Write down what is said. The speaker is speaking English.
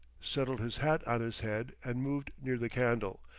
settled his hat on his head, and moved near the candle,